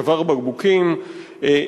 שברו בקבוקים,